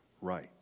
right